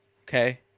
Okay